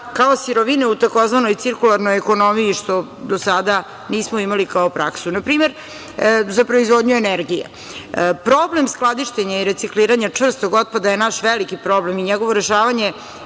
kao sirovine u tzv. cirkularnoj ekonomiji, što do sada nismo imali kao praksu, na primer za proizvodnju energije, problem skladištenja i recikliranja čvrstog otpada je naš veliki problem i njegovo rešavanje